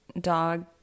dog